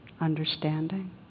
Understanding